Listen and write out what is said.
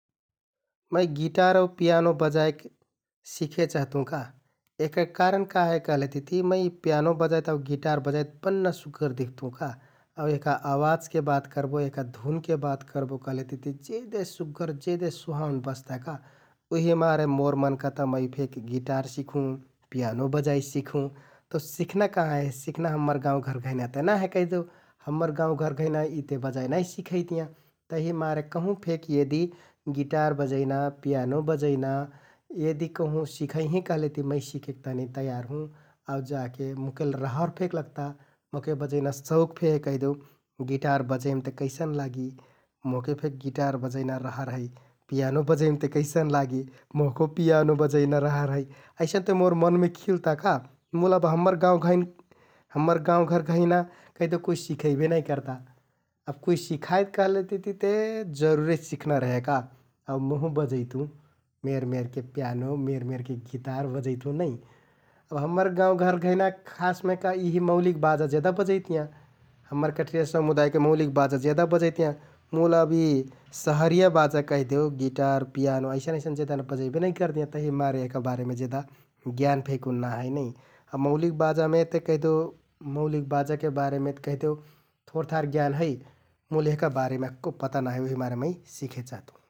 मै guitar आउ piano बजाइक सिखे चहतुँ का, यहका कारणका है कहलेतिति मै पियानो बजाइत आउ गिटार बजाइत बन्ना सुग्घर दिख्तुँ का । आउ एहका आवाजके बात करबो, यहका धुनके बात करबो कहलेतिति जेदे सुग्घर, जेदे सुहाउन बज्ता का उहिमारे मोर मन कहता मै फेक गिटार सिखुँ, पियानो बजाइ सिखुँ । तौ सिखना कहाँ हे, सिखना हम्मर गाउँघर घैंना ते ना हे कहिदेउ, हम्मर गाउँघर घैंना यि ते बजाइ नाइ सिखैतियाँ तहिमारे कहुँ फेक यदि गिटार बजैना, पियानो बजैना यदि कहुँ सिखैहें कहलेति मै सिखेक तहनि तयार हुँ । आउ जाके मोहके रहर फेक लगता, मोहके बजैना सौख फे है कहिदेउ । गिटार बजैम ते कैसन लागि, मोहके फेक गिटार बजैना रहर है । पियानो बजैम ते कैसन लागि मोहको पियानो बजैना रहर है । अइसन ते मोर मनमे खिलता का मुल अब हम्मर गाउँ घैंन, हम्मर गाउँघर घैंना कहिदेउ कुइ सिखैबे नाइ करता । कुइ सिखाइत कहलेतिति ते जरुरे सिखना रेहे का आउ महुँ बजैतुँ । मेरमेरके पियानो, मेरमेरके गिटार बजैतुँ नै । अब हम्मर गाउँघर घैंना खासमे यिहि मौलिक बाजा जेदा बजैतियाँ । हम्मर कठरिया समुदायके मौलिक बाजा जेदा बजैतियाँ, मुल अब यि शहरिया बाजा कैहदेउ गिटार, पियानो अइसन अइसन जेदा बजैबे नाइ करतियाँ तहिमारे यहका बारेमे जेदा ज्ञान फेकुन ना हे नै । अब मौलिक बाजामे ते कैहदेउ, मौलिक बाजाके बारेमेत कैहदेउ थोरथार ज्ञान है मुल यहका बारेमे अक्को पता ना हे उहिमारे मै सिखे चहतुँ ।